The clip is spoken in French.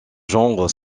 genre